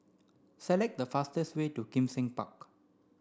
select the fastest way to Kim Seng Park